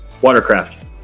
Watercraft